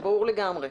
זה ברור לגמרי.